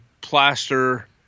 plaster